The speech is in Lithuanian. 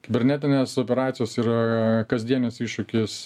kibernetinės operacijos yra kasdienis iššūkis